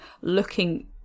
looking